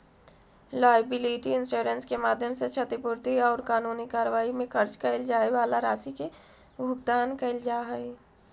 liability insurance के माध्यम से क्षतिपूर्ति औउर कानूनी कार्रवाई में खर्च कैइल जाए वाला राशि के भुगतान कैइल जा हई